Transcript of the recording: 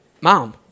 Mom